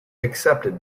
accepted